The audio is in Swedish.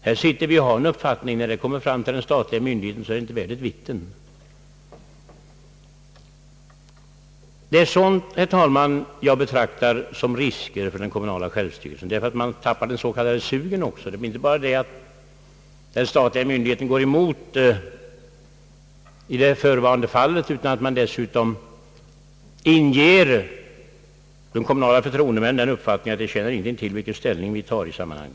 Här har vi en uppfattning, och när den kommer till den statliga myndighetens kännedom är den inte värd ett vitten.» Det är sådant, herr talman, som jag betraktar som risker för den kommunala självstyrelsen, ty man tappar också den s.k. sugen. Det är inte bara det, att den statliga myndigheten går emot den uppfattning man har — såsom i det föreliggande fallet — utan de kommunala förtroendemännen bibringas den uppfattningen att det inte tjänar någonting till vilken uppfattning man har i detta sammanhang.